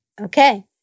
Okay